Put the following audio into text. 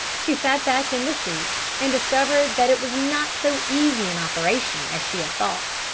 she sat back in the seat, and discovered that it was not so easy an operation as she had thought.